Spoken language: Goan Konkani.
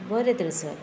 बरें तर सर